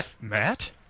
Matt